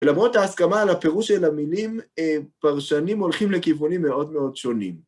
ולמרות ההסכמה על הפירוש של המילים, פרשנים הולכים לכיוונים מאוד מאוד שונים.